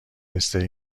پسته